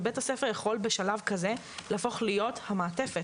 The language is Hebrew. ובית הספר יכול בשלב כזה להפוך להיות המעטפת,